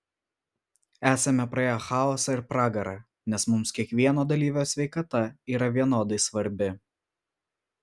esame praėję chaosą ir pragarą nes mums kiekvieno dalyvio sveikata yra vienodai svarbi